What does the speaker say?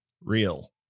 Real